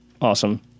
Awesome